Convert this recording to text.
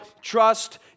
trust